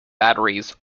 batteries